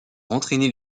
entraîner